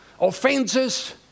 offenses